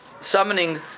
summoning